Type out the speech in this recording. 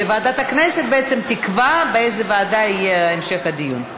ועדת הכנסת בעצם תקבע באיזו ועדה יהיה המשך הדיון.